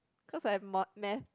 cause I have mod~ Math